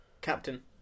Captain